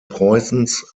preußens